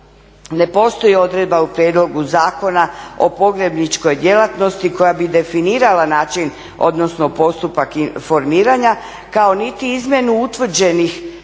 Ne postoji odredba u Prijedlogu zakona o pogrebničkoj djelatnosti koja bi definirala način, odnosno postupak formiranja kao niti izmjenu utvrđenih cijena